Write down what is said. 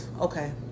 okay